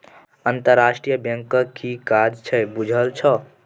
अंतरराष्ट्रीय बैंकक कि काज छै बुझल छौ?